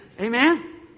Amen